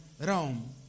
Rome